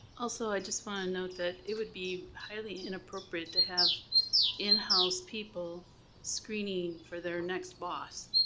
also i just wanna and note that it would be highly inappropriate to have in-house people screening for their next boss.